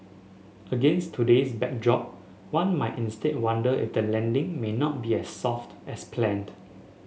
against today's backdrop one might instead wonder if the landing may not be as soft as planned